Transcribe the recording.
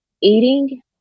eating